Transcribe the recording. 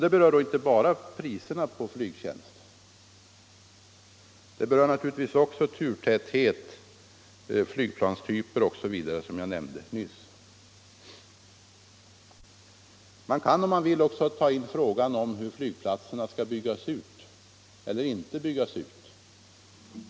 Det gäller då inte bara priserna på flygtjänst, det gäller naturligtvis också turtäthet, flygplanstyper osv., som jag nämnde nyss. Man kan, om man vill, också ta med frågan om hur flygplatserna skall byggas ut eller inte byggas ut.